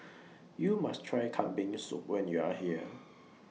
YOU must Try Kambing Soup when YOU Are here